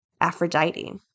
aphrodite